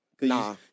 Nah